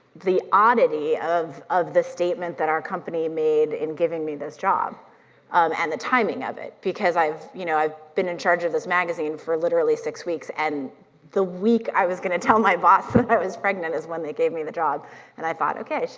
the oddity of of the statement that our company made in giving me this job um and the timing of it because i've, you know i've been in charge of this magazine for literally six weeks and the week i was gonna tell my boss that ah i was pregnant was when the gave me the job and i thought, okay,